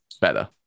better